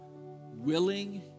willing